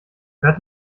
hört